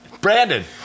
Brandon